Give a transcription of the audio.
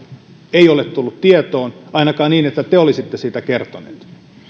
ei ole tullut tietoon ainakaan niin että te olisitte siitä kertoneet